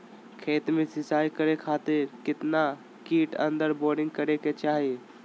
खेत में सिंचाई करे खातिर कितना फिट अंदर बोरिंग करे के चाही?